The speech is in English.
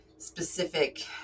specific